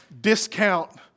discount